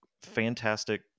fantastic